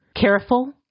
careful